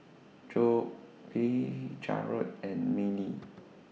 Jobe Jarrad and Miley